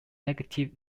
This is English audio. negative